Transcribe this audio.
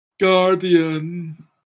guardian